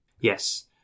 Yes